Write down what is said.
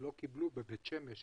לא קיבלו באיזו שכונה בבית שמש